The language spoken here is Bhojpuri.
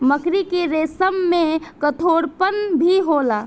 मकड़ी के रेसम में कठोरपन भी होला